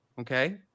Okay